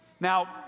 Now